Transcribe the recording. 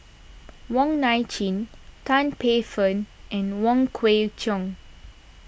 Wong Nai Chin Tan Paey Fern and Wong Kwei Cheong